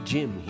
Jim